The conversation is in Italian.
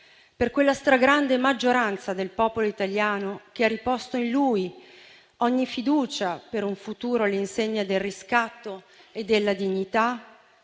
per quella stragrande maggioranza del popolo italiano che ha riposto in lui ogni fiducia per un futuro all'insegna del riscatto e della dignità,